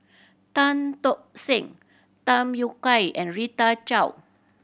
Tan Tock Seng Tham Yui Kai and Rita Chao